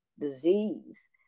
disease